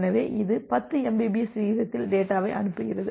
எனவே இது 10 mbps விகிதத்தில் டேட்டாவை அனுப்புகிறது